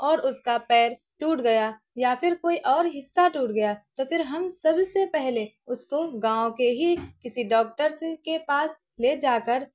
اور اس کا پیر ٹوٹ گیا یا پھر کوئی اور حصہ ٹوٹ گیا تو پھر ہم سب سے پہلے اس کو گاؤں کے ہی کسی ڈاکٹرس کے پاس لے جا کر